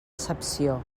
excepció